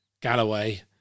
Galloway